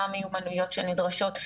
מה המיומנויות שנדרשות,